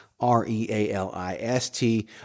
R-E-A-L-I-S-T